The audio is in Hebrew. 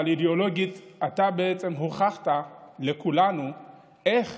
אבל אידיאולוגית אתה בעצם הוכחת לכולנו איך